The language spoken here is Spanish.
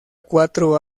cuatro